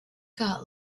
got